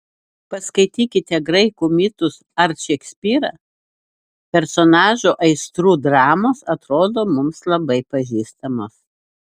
paskaitykite graikų mitus ar šekspyrą personažų aistrų dramos atrodo mums labai pažįstamos